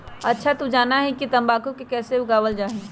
अच्छा तू जाना हीं कि तंबाकू के कैसे उगावल जा हई?